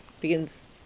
begins